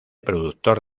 productor